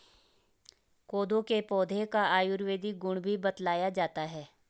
कोदो के पौधे का आयुर्वेदिक गुण भी बतलाया जाता है